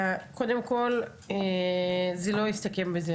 קודם כל זה לא יסתכם בזה,